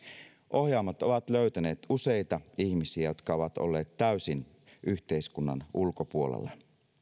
ohjaamot ovat löytäneet useita ihmisiä jotka ovat olleet täysin yhteiskunnan ulkopuolella